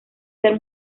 ser